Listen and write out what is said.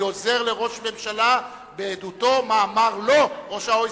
אני עוזר לראש הממשלה בעדותו מה אמר לו ראש ה-OECD,